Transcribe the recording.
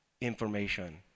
information